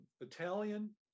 Italian